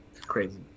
crazy